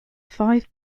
five